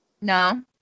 no